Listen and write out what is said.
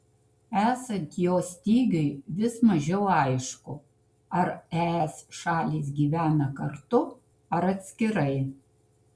esant jo stygiui vis mažiau aišku ar es šalys gyvena kartu ar atskirai